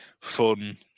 fun